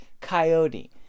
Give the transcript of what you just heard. coyote